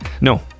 No